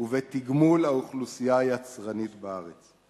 ובתגמול האוכלוסייה היצרנית בארץ.